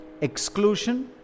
exclusion